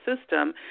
system